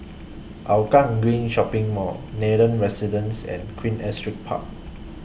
Hougang Green Shopping Mall Nathan Residences and Queen Astrid Park